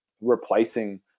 replacing